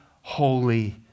holy